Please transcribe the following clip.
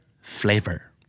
flavor